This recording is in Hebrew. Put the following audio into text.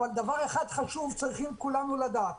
אבל דבר אחד חשוב צריכים כולנו לדעת.